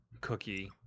cookie